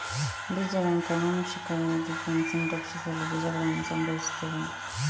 ಬೀಜ ಬ್ಯಾಂಕ್ ಆನುವಂಶಿಕ ವೈವಿಧ್ಯತೆಯನ್ನು ಸಂರಕ್ಷಿಸಲು ಬೀಜಗಳನ್ನು ಸಂಗ್ರಹಿಸುತ್ತದೆ